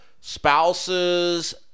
spouses